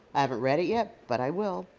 i haven't read it yet, but i will.